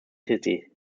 city